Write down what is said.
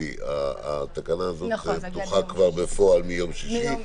התקנה הזו פתוחה כבר בפועל מיום שישי,